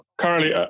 currently